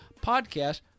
podcast